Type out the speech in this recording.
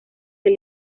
del